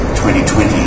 2020